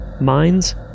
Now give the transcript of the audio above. mines